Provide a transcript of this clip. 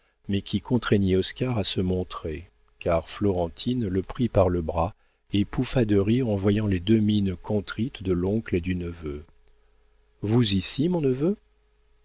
mais qui contraignit oscar à se montrer car florentine le prit par le bras et pouffa de rire en voyant les deux mines contrites de l'oncle et du neveu vous ici mon neveu